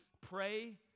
pray